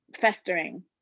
festering